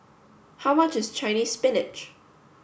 how much is Chinese spinach